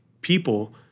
people